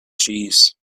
cheese